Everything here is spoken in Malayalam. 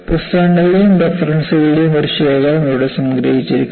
പുസ്തകങ്ങളുടെയും റഫറൻസുകളുടെയും ഒരു ശേഖരം ഇവിടെ സംഗ്രഹിച്ചിരിക്കുന്നു